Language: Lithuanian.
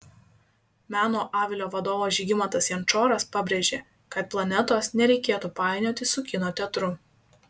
meno avilio vadovas žygimantas jančoras pabrėžė kad planetos nereikėtų painioti su kino teatru